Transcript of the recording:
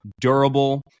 durable